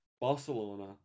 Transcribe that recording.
Barcelona